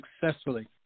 successfully